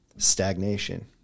stagnation